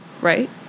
Right